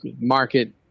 market